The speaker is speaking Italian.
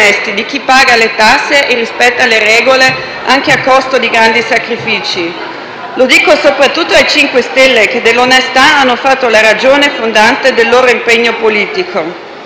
di chi paga le tasse e rispetta le regole, anche a costo di grandi sacrifici. Lo dico soprattutto ai Cinque Stelle, che dell'onestà hanno fatto la ragione fondante del loro impegno politico.